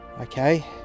okay